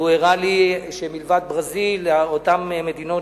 והוא הראה לי שמלבד ברזיל, באותן מדינות